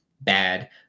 bad